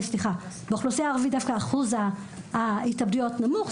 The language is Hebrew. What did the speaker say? באוכלוסייה הערבית דווקא אחוז ההתאבדויות נמוך.